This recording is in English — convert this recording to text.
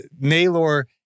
Naylor